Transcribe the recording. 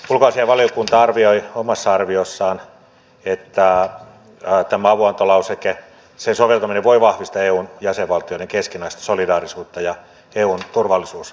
ulkoasiainvaliokunta arvioi omassa arviossaan että tämän avunantolausekkeen soveltaminen voi vahvistaa eun jäsenvaltioiden keskinäistä solidaarisuutta ja eun turvallisuusyhteistyötä